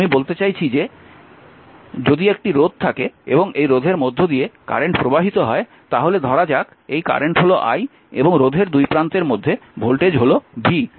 আমি বলতে চাইছি যে যদি একটি রোধ থাকে এবং এই রোধের মধ্য দিয়ে কারেন্ট প্রবাহিত হয় তাহলে ধরা যাক এই কারেন্ট হল i এবং রোধের দুই প্রান্তের মধ্যে ভোল্টেজ হল v